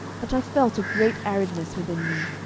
but i felt a great aridness within me,